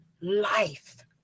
life